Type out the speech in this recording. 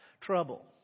trouble